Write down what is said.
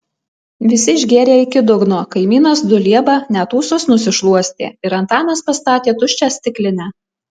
visi išgėrė iki dugno kaimynas dulieba net ūsus nusišluostė ir antanas pastatė tuščią stiklinę